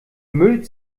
müll